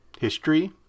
history